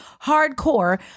hardcore